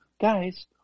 Guys